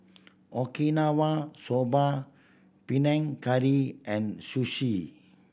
Okinawa Soba Panang Curry and Zosui